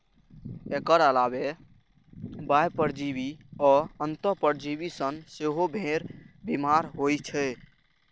एकर अलावे बाह्य परजीवी आ अंतः परजीवी सं सेहो भेड़ बीमार होइ छै